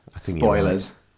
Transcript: Spoilers